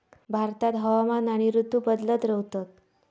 भारतात हवामान आणि ऋतू बदलत रव्हतत